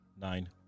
Nine